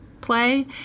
play